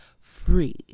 free